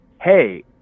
hey